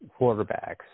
quarterbacks